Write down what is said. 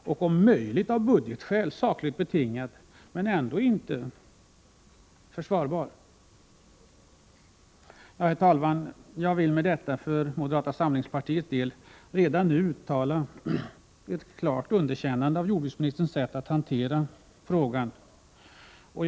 Möjligen är den av budgetskäl sakligt betingad, men den är ändå inte försvarbar. Herr talman! Jag vill för moderata samlingspartiets del redan nu uttala ett klart underkännande av jordbruksministerns sätt att hantera denna fråga.